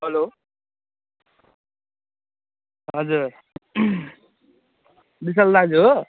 hello हजुर विशाल दाजु हो